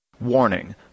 Warning